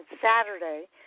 Saturday